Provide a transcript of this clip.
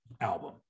album